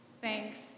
Thanks